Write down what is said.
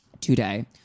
today